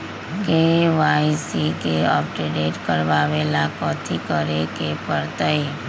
KYC के update करवावेला कथि करें के परतई?